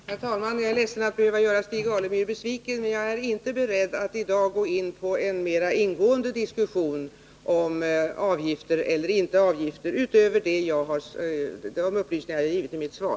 Nr 36 Herr talman! Jag är ledsen att behöva göra Stig Alemyr besviken, men jag är inte beredd att i dag gå in på en mera ingående diskussion om man skall ha avgifter eller inte, utöver de upplysningar jag har givit i mitt svar.